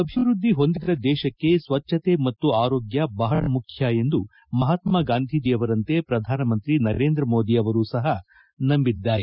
ಅಭಿವೃದ್ಧಿ ಹೊಂದಿದ ದೇಶಕ್ಕೆ ಸ್ವಜ್ಞತೆ ಮತ್ತು ಆರೋಗ್ಯ ಬಹಳ ಮುಖ್ಯ ಎಂದು ಮಹಾತ್ಮ ಗಾಂಧೀಜಿಯವರಂತೆ ಪ್ರಧಾನಮಂತ್ರಿ ನರೇಂದ್ರ ಮೋದಿ ಅವರು ಸಪ ನಂಬಿದ್ದಾರೆ